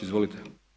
Izvolite.